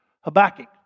Habakkuk